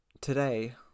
today